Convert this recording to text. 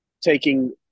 taking